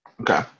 okay